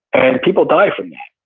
and people die from that.